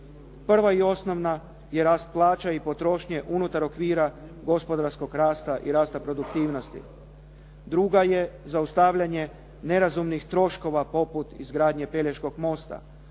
prva i osnovna je rast plaća i potrošnje unutar okvira gospodarskog rasta i rasta produktivnosti. Druga je zaustavljanje nerazumnih troškova poput izgradnje Pelješkog mosta.